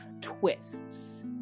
twists